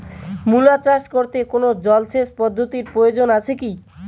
মূলা চাষ করতে কোনো জলসেচ পদ্ধতির প্রয়োজন আছে কী?